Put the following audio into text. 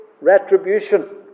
retribution